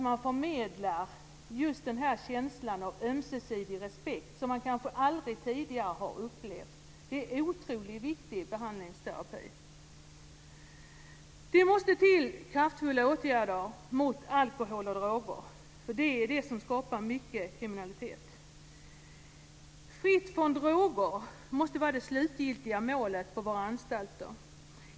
Man förmedlar en känsla av ömsesidig respekt som de kanske aldrig tidigare har upplevt. Det är en otroligt viktig behandlingsterapi. Det måste till kraftfulla åtgärder mot alkohol och droger. Det är nämligen det som skapar mycket kriminalitet. Fritt från droger - det måste vara det slutgiltiga målet på våra anstalter.